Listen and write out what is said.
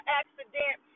accident